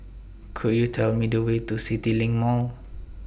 Could YOU Tell Me The Way to CityLink Mall